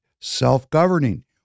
self-governing